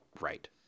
right